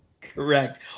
Correct